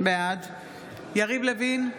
בעד יריב לוין,